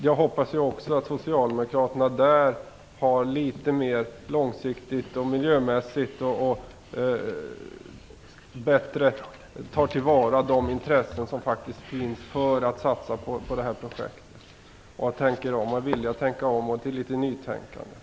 Jag hoppas också att socialdemokraterna där har litet mer långsiktighet och miljömässigt bättre tar till vara de intressen som faktiskt finns för att satsa på det här projektet och att de är villiga att tänka om.